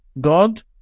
God